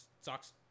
sucks